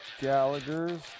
Gallagher's